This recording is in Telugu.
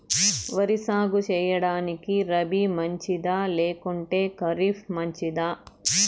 వరి సాగు సేయడానికి రబి మంచిదా లేకుంటే ఖరీఫ్ మంచిదా